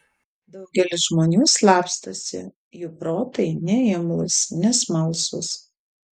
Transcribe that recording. daugelis žmonių slapstosi jų protai neimlūs nesmalsūs